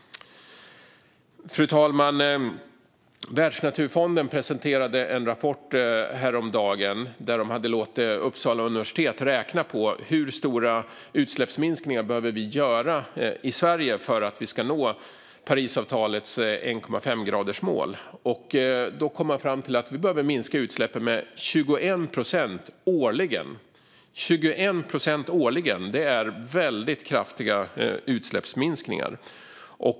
Fru talman! Världsnaturfonden presenterade en rapport häromdagen där de hade låtit Uppsala universitet räkna på hur stora utsläppsminskningar vi behöver göra i Sverige för att vi ska nå Parisavtalets 1,5-gradersmål. Man kom fram till att vi behöver minska utsläppen med 21 procent årligen - 21 procent årligen! Det är väldigt kraftiga utsläppsminskningar.